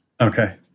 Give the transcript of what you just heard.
Okay